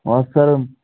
और सर